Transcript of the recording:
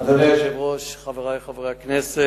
כולל שומרי שבת,